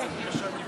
חשבתי שהיא